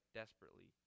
desperately